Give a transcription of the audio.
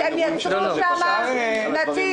הם יצרו שם נתיב.